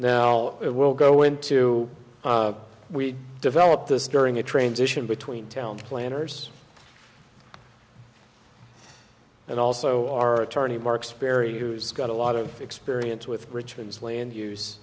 now it will go into we developed this during a transition between town planners and also our attorney mark sperry who's got a lot of experience with richard's land use